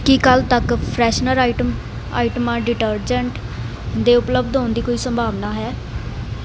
ਕੀ ਕੱਲ੍ਹ ਤੱਕ freshener item ਆਈਟਮਾਂ ਡਿਟਰਜੈਂਟ ਦੇ ਉਪਲਬਧ ਹੋਣ ਦੀ ਕੋਈ ਸੰਭਾਵਨਾ ਹੈ